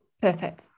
Perfect